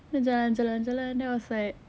then jalan jalan jalan then I was like